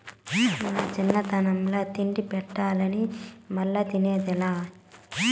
మా చిన్నతనంల తింటి పెండలాన్ని మల్లా తిన్నదేలా